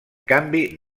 canvi